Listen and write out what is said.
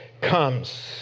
comes